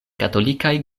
katolikaj